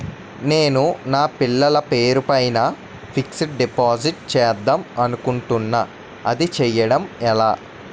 నేను నా పిల్లల పేరు పైన ఫిక్సడ్ డిపాజిట్ చేద్దాం అనుకుంటున్నా అది చేయడం ఎలా?